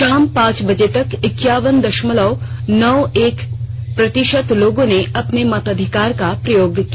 शाम पांच बजे तक इक्यावन दशमलव नौ एक प्रतिशत लोगों ने अपने मताधिकार का प्रयोग किया